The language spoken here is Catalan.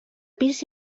pis